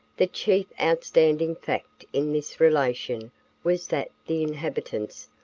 the chief outstanding fact in this relation was that the inhabitants,